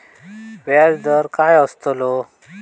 व्याज दर काय आस्तलो?